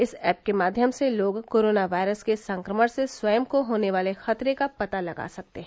इस ऐप के माध्यम से लोग कोरोना वायरस के संक्रमण से स्वयं को होने वाले खतरे का पता लगा सकते हैं